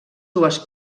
dues